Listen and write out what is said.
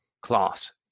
class